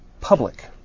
public